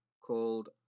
called